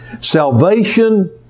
Salvation